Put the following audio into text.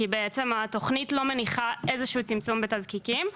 בעצם התוכנית לא מניחה איזשהו צמצום בתזקיקים,